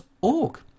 org